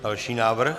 Další návrh.